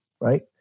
Right